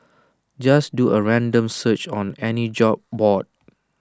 just do A random search on any job board